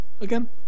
again